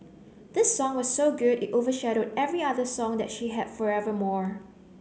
this song was so good it overshadowed every other song that she had forevermore